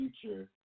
future